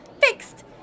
Fixed